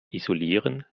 isolieren